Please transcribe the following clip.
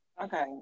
Okay